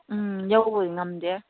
ꯎꯝ ꯌꯧꯕꯗꯤ ꯉꯝꯗꯦ